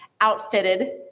outfitted